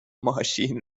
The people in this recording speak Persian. ماشین